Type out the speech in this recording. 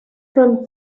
from